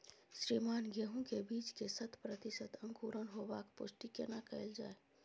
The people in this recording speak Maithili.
श्रीमान गेहूं के बीज के शत प्रतिसत अंकुरण होबाक पुष्टि केना कैल जाय?